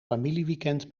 familieweekend